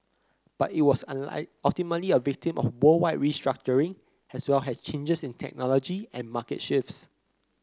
but it was ultimately a victim of worldwide restructuring as well as changes in technology and market shifts